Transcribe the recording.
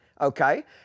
okay